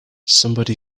somebody